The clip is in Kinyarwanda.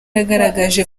yagaragaje